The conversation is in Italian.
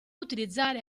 utilizzare